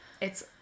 It's-